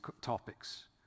topics